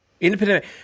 Independent